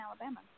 Alabama